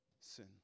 sin